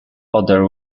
other